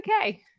okay